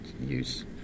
use